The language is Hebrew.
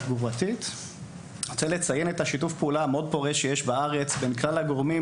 אני רוצה לציין את שיתוף הפעולה המאוד פורה שיש בארץ בין כלל הגורמים,